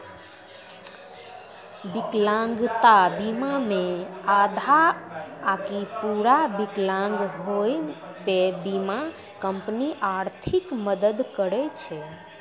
विकलांगता बीमा मे आधा आकि पूरा विकलांग होय पे बीमा कंपनी आर्थिक मदद करै छै